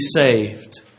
saved